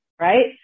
right